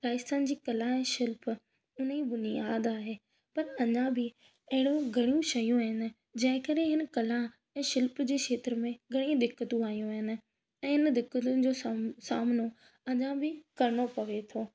राजस्थान जी कला ऐं शिल्प उन जी बुनियाद आहे पर अञा बि अहिड़ो घणईं शयूं आहिनि जंहिं करे इन कला ऐं शिल्प जे क्षेत्र में घणईं दिक़तूं आयूं आहिनि ऐं इन दिक़तूं जो साम सामनो अञा बि करिणो पवे थो